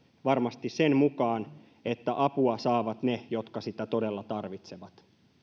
varmasti sen mukaan että apua saavat ne jotka sitä todella tarvitsevat